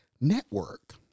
network